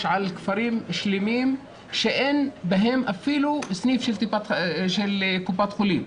כפרים שלמים שאין בהם אפילו סניף של קופת חולים,